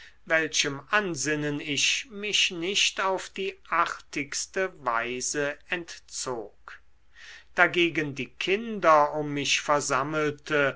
welchem ansinnen ich mich nicht auf die artigste weise entzog dagegen die kinder um mich versammelte